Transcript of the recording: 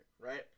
right